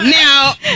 now